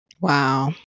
Wow